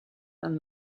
than